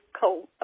cold